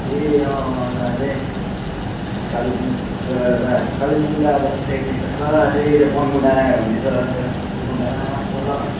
ए अँ अँ अन्त अझै कालिम्पोङ त्यो एउटा कालेबुङ उता बस्ती साइडतिर छ अझै त्यो पन्बू डाँडा भन्ने छ पन्बू डाँडा तल